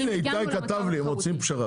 הנה, איתי כתב לי, הם רוצים פשרה.